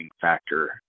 factor